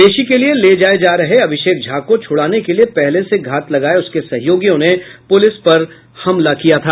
पेशी के लिए ले जाये जा रहे अभिषेक झा को छुड़ाने के लिए पहले से घात लगाये उसके सहयोगियों ने पुलिस पर यह हमला किया था